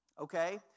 Okay